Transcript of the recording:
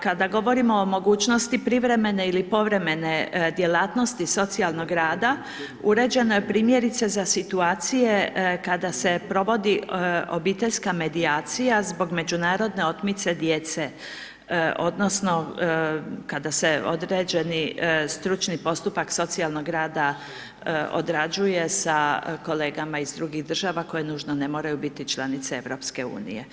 Kada govorimo o mogućnosti privremene ili povremene djelatnosti socijalnog rada, uređeno je, primjerice, za situacije kada se provodi obiteljska medijacija zbog međunarodne otmice djece odnosno kada se određeni stručni postupak socijalnog rada odrađuje sa kolegama iz drugih država koje nužno ne moraju biti članice EU.